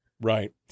Right